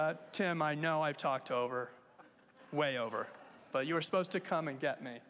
o tim i know i've talked over way over but you are supposed to come and get me